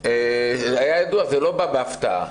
זה היה ידוע ולא בא בהפתעה.